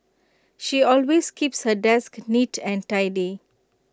she always keeps her desk neat and tidy